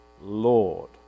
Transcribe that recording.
Lord